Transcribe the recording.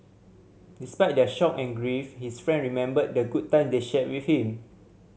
despite their shock and grief his friend remembered the good time they shared with him